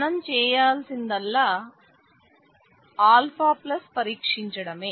మనం చేయవలసిందల్లా α పరీక్షించడమే